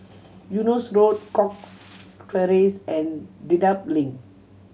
Eunos Road Cox Terrace and Dedap Link